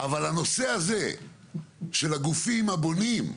הנושא הזה של הגופים הבונים,